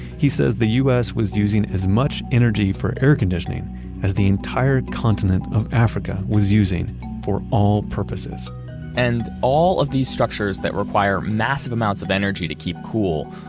he says the u s. was using as much energy for air conditioning as the entire continent of africa was using for all purposes and all of these structures that require massive amounts of energy to keep cool,